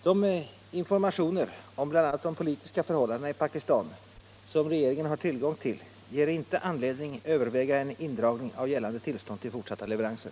De informationer om bl.a. de politiska förhållandena i Pakistan som regeringen har tillgång till ger inte anledning överväga en indragning av gällande tillstånd till fortsatta leveranser.